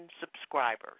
subscribers